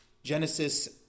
Genesis